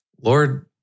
Lord